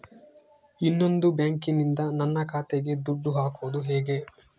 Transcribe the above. ಇನ್ನೊಂದು ಬ್ಯಾಂಕಿನಿಂದ ನನ್ನ ಖಾತೆಗೆ ದುಡ್ಡು ಹಾಕೋದು ಹೇಗೆ?